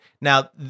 now